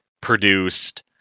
produced